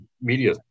media